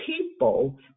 people